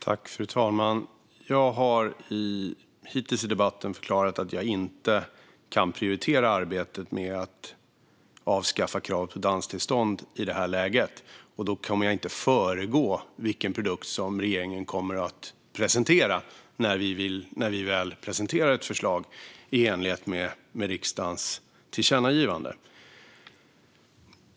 Fru talman! Jag har hittills i debatten förklarat att jag i det här läget inte kan prioritera arbetet med att avskaffa kravet på danstillstånd. Jag kommer inte heller att föregå vilken produkt regeringen kommer att presentera när vi, i enlighet med riksdagens tillkännagivande, väl presenterar ett förslag.